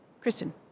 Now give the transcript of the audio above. Kristen